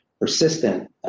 persistent